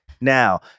now